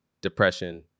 depression